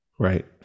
Right